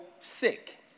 sick